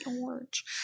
orange